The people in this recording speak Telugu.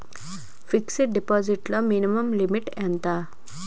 ఫిక్సడ్ డిపాజిట్ లో మినిమం లిమిట్ ఎంత?